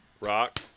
Rock